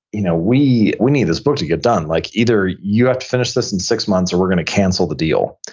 you know we we need this book to get done. like either you have to finish this in six months or we're going to cancel the deal.